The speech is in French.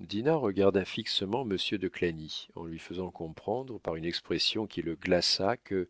dinah regarda fixement monsieur de clagny en lui faisant comprendre par une expression qui le glaça que